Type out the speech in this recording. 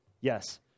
Yes